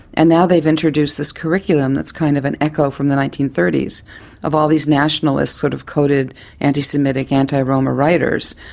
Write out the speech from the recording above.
and now they've introduced this curriculum that's kind of an echo from the nineteen thirty s of all these nationalist sort of coded anti-semitic, anti-roma writers.